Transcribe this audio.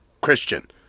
Christian